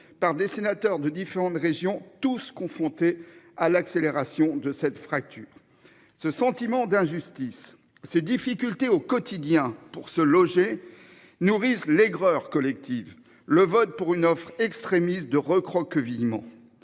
par des sénateurs de différentes régions tous confrontés à l'accélération de cette fracture ce sentiment d'injustice ses difficultés au quotidien pour se loger nourrissent l'aigreur collective le vote pour une offre extrémistes de recroquevillée.